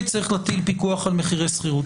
צריך להטיל פיקוח על מחירי שכירות.